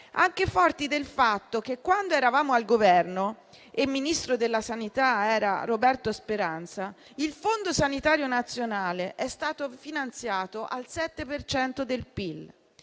anche forti del fatto che, quando eravamo al Governo e Ministro della salute era Roberto Speranza, il Fondo sanitario nazionale è stato finanziato al 7 per